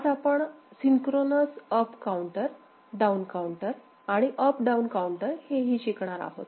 आज आपण synchronous up counter down counter आणि अप डाऊन काऊंटर हेही शिकणार आहोत